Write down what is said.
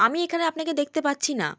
আমি এখানে আপনাকে দেখতে পাচ্ছি না